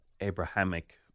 Abrahamic